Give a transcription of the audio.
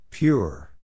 Pure